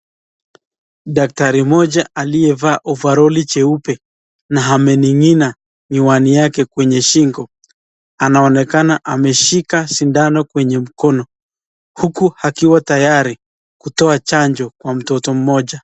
Daktari mmoja aliyevaa ovaroli jeupe na ameningina miwani yake kwenye shingo, anaonekana ameshika sindano kwenye mkono huku akiwa tayari kutoa chanjo kwa mtoto mmoja.